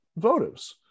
votives